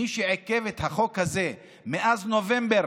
מי שעיכב את החוק הזה מאז נובמבר,